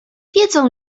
wiedzą